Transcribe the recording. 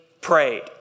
prayed